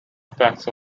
facts